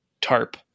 tarp